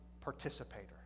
participator